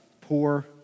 poor